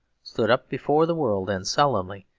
stood up before the world, and solemnly,